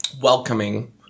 welcoming